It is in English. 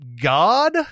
God